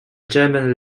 german